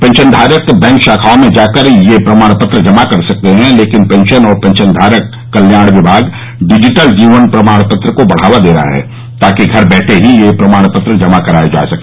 पेंशनधारक बैंक शाखाओं में जाकर यह प्रमाण पत्र जना करा सकते हैं लेकिन पेंशन और पेंशनधारक कल्याण विभाग डिजिटल जीवन प्रमाण पत्र को बढ़ावा दे रहा है ताकि घर बैठे ही यह प्रमाण पत्र जमा कराया जा सके